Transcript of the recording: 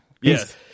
Yes